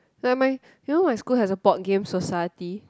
never mind you know my school has a board game society